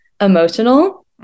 emotional